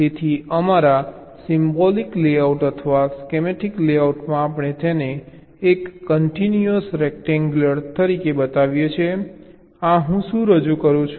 તેથી અમારા symbolic layout અથવા સ્કેમેટિક લેઆઉટમાં આપણે તેને એક કન્ટીન્યુઅસ રેક્ટેન્ગ્યલ આ રીતે બતાવીએ છીએ આ હું શું રજૂ કરું છું